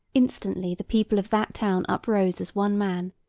instantly the people of that town uprose as one man.